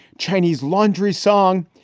chinese laundry song.